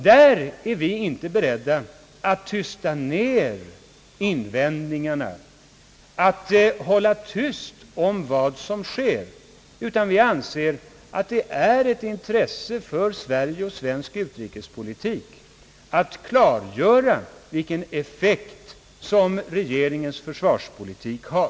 Där är vi inte beredda att tysta ned invändningarna, att hålla tyst om vad som sker, utan vi anser att det är ett intresse för Sverige och svensk neutralitetspolitiks förutsättningar att klargöra vilken effekt som regeringens försvarspolitik har.